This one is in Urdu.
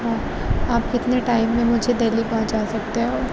ہاں آپ کتنے ٹائم میں مجھے دہلی پہنچا سکتے ہو